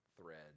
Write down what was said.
thread